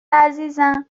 عزیزم